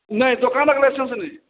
नहि दोकानके लाइसेन्स नहि